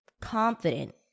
confident